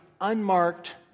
unmarked